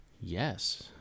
Yes